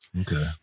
okay